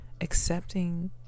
accepting